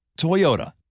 Toyota